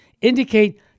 indicate